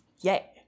Yay